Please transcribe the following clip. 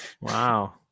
wow